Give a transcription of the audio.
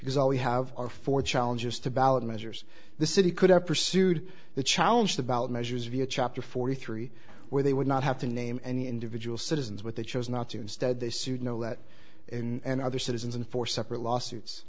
because all we have are four challenges to ballot measures the city could have pursued the challenge the ballot measures via chapter forty three where they would not have to name any individual citizens what they chose not to instead they sued no that in and other citizens and four separate lawsuits